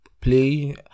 play